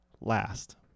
last